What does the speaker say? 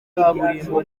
kaburimbo